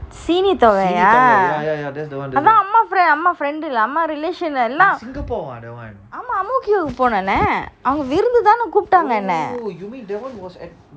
சீனித்தொவய அதன் அம்மா அம்மா:seenithovaya athan amma amma friend அம்மா:amma relation எல்லாம் அம்மா போனானே அவங்க விருந்துக்கு தான என்ன கூப்பிட்டாங்க என்ன:ellam amma ponaney avanga virunthuku thaana enna kuptanga enna